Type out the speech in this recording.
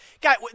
Guy